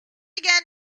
again